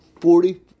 forty